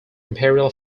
imperial